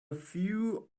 few